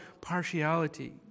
partiality